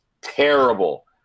terrible